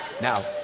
Now